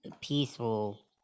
peaceful